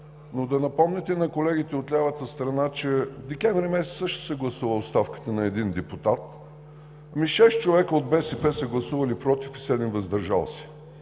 но да напомните на колегите от лявата страна, че декември месец също се гласува оставката на един депутат. Шест човека от БСП са гласували „против“ и седем – „въздържали